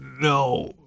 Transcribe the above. No